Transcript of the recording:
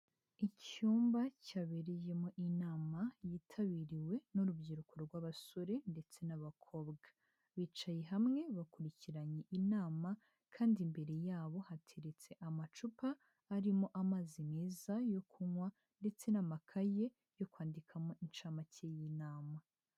Icyumba cyabereyemo inama yitabiriwe n'urubyiruko rw'abasore ndetse n'abakobwa, bicaye hamwe bakurikiranye inama kandi imbere yabo hateretse amacupa arimo amazi meza yo kunywa ndetse n'amakaye yo kwandikamo inshamake y'inama.